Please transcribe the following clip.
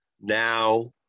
Now